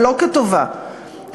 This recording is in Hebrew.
ולא כטובה,